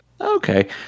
Okay